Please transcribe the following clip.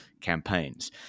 campaigns